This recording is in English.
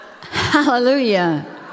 Hallelujah